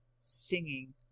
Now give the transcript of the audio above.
singing